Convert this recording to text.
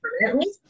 permanently